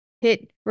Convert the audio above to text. hit